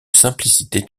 simplicité